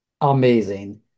amazing